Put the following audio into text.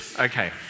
okay